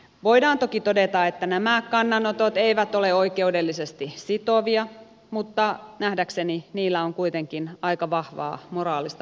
voidaan toki todeta että nämä kannanotot eivät ole oikeudellisesti sitovia mutta nähdäkseni niillä on kuitenkin aika vahvaa moraalista painoarvoa